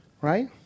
right